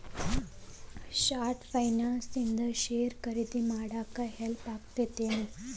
short finance ಇಂದ share ಖರೇದಿ ಮಾಡಾಕ ಹೆಲ್ಪ್ ಆಗತ್ತೇನ್